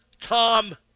Tom